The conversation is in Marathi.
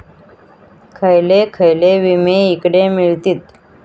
खयले खयले विमे हकडे मिळतीत?